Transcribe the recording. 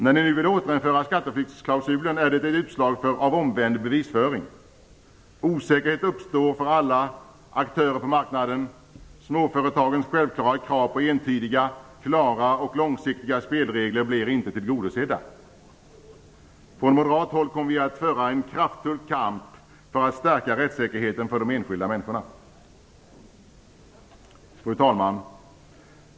När ni nu vill återinföra skatteflyktsklausulen är det ett utslag av omvänd bevisföring. Osäkerhet uppstår för olika aktörer på marknaden. Småföretagarens självklara krav på entydiga, klara och långsiktiga spelregler blir inte tillgodosedda. Från moderat håll kommer vi att föra en kraftfull kamp för att stärka rättssäkerheten för de enskilda människorna. Fru talman!